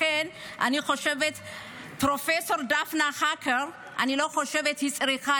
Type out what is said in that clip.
לכן אני חושבת שפרופ' דפנה הקר לא צריכה